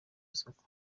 isoko